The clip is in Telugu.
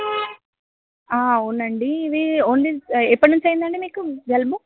అవునండి ఇవి ఓన్లీ ఎప్పటినుంచి అయిందండి మీకు జలుబు